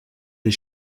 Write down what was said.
des